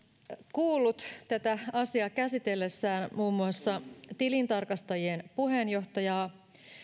kuullut tätä asiaa käsitellessään muun muassa tilintarkastajien puheenjohtajaa